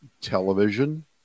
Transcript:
television